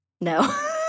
No